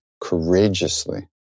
courageously